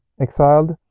exiled